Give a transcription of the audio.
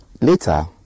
later